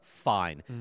Fine